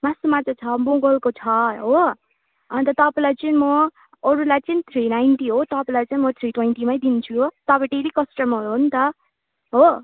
मासुमा त छ बुङ्गुरको छ हो अन्त तपाईँलाई चाहिँ म अरूलाई चाहिँ थ्री नाइन्टी हो तपाईँलाई चाहिँ म थ्री ट्वेन्टीमै दिन्छु हो तपाईँ डेली कस्टमर हो नि त हो